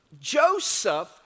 Joseph